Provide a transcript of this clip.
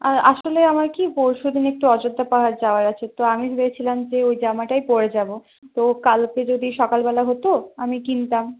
আসলে আমার কি পরশুদিন একটু অযোধ্যা পাহাড় যাওয়ার আছে তো আমি ভেবেছিলাম যে ওই জামাটাই পরে যাবো তো কালকে যদি সকালবেলা হতো আমি কিনতাম